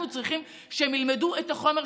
אנחנו צריכים שהם ילמדו את החומר,